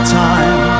time